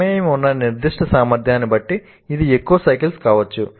ప్రమేయం ఉన్న నిర్దిష్ట సామర్థ్యాన్ని బట్టి ఇది ఎక్కువ సైకిల్స్ కావచ్చు